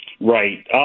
Right